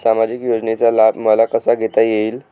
सामाजिक योजनेचा लाभ मला कसा घेता येईल?